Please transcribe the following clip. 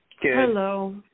Hello